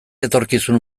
etorkizun